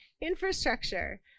infrastructure